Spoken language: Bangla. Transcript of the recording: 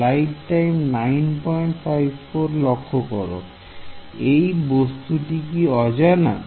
Student এই বস্তুটি অজানা